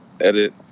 edit